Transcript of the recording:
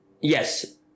yes